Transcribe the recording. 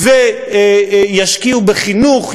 ישקיעו בחינוך,